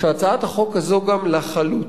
שהצעת החוק הזאת גם לחלוטין,